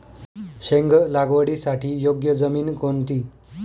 शेंग लागवडीसाठी योग्य जमीन कोणती?